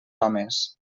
homes